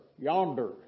yonder